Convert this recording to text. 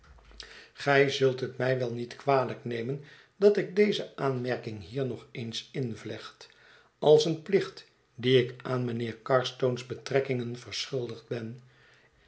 gij zult het mij wel niet kwalijk nemen dat ik deze aanmerking hier nog eens invlecht als een plicht dien ik aan mijnheer carstone's betrekkingen verschuldigd ben